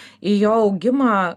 į jo augimą